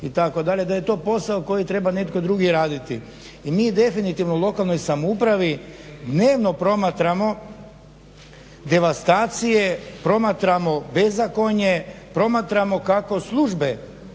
da je to posao koji treba netko drugi raditi. I mi definitivno u lokalnoj samoupravi dnevno promatramo devastacije, promatramo bezakonje, promatramo kako službe